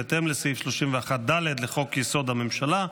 בהתאם לסעיף 31(ד) לחוק-יסוד: הממשלה.